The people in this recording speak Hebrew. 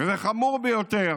וחמור ביותר